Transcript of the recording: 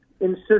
insist